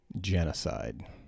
genocide